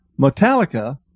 Metallica